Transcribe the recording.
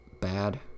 bad